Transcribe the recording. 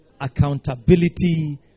Accountability